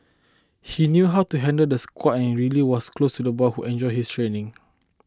he knew how to handle the squad and really was close to the boy who enjoyed his training